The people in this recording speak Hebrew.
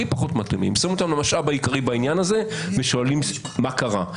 נותנים להם להיות משאב עיקרי בעניין ושואלים מה קרה.